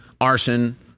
arson